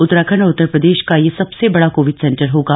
उत्तराखंड और उतर प्रदेश का यह सबसे बड़ा कोविड सेंटर होगा